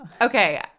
okay